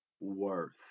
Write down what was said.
worth